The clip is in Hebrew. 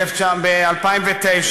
ב-2009.